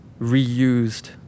reused